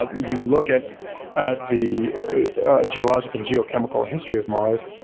um you look at ah the ah geologic and geochemical history of mars,